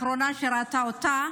שהייתה האחרונה שראתה אותה,